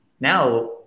now